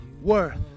worth